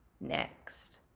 next